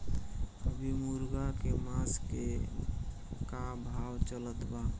अभी मुर्गा के मांस के का भाव चलत बा?